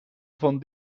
van